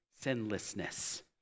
sinlessness